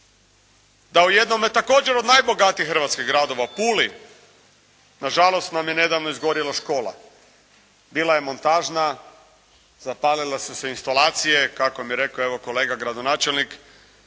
Da u jednome također od najbogatijih hrvatskih gradova, u Puli, na žalost nam je nedavno izgorjela škola. Bila je montažna, zapalile su se instalacije kako mi je rekao evo kolega gradonačelnik.